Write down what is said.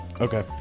Okay